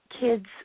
kids